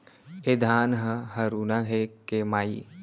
ए धान ह हरूना हे के माई?